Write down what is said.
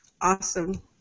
Awesome